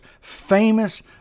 famous